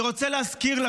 באיזו זכות?